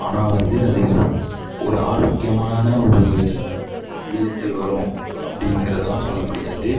ஆனால் வந்து அதில் ஒரு ஆரோக்கியமான ஒரு விளைச்சல் வரும் அப்படிங்கிறதுலாம் சொல்ல முடியாது